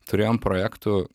turėjom projektų